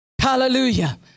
Hallelujah